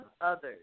others